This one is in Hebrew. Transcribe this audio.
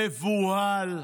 מבוהל,